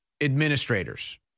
administrators